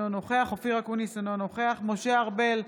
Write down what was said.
אינו נוכח אופיר אקוניס, אינו נוכח משה ארבל,